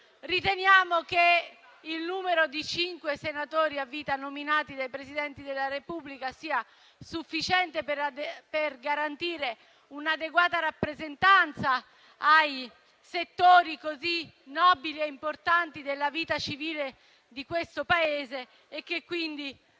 riteniamo che il numero di cinque senatori a vita nominati dai Presidenti della Repubblica sia sufficiente per garantire un'adeguata rappresentanza ai settori così nobili e importanti della vita civile di questo Paese e che quindi